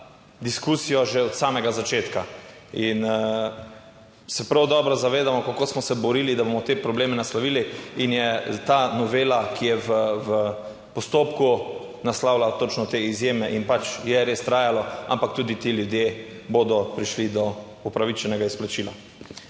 diskusijo že od samega začetka. In se prav dobro zavedamo kako smo se borili, da bomo te probleme naslovili in je ta novela, ki je v postopku, naslavlja točno te izjeme in pač je res trajalo, ampak tudi ti ljudje bodo prišli do upravičenega izplačila.